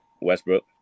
westbrook